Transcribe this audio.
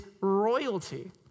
royalty